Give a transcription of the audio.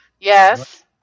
Yes